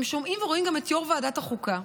הם שומעים ורואים גם את יו"ר ועדת החוקה,